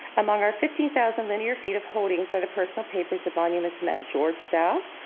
among our fifteen thousand linear feet of holdings are the personal papers of monuments men george stout,